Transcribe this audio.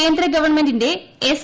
കേന്ദ്ര ഗവൺമെന്റിന്റെ എസ്